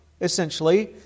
essentially